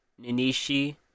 Ninishi